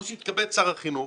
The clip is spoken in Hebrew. או שיתכבד שר החינוך